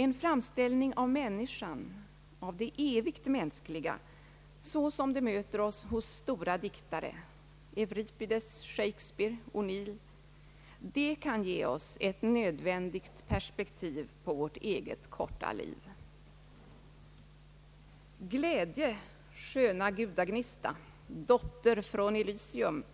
En framställning av människan, av det evigt mänskliga, så som det möter oss hos stora diktare som Euripides, Shakespeare, O'Neill, kan ge oss ett nödvändigt perspektiv på vårt eget korta liv. »Glädje, sköna gudagnista, dotter från Elysium»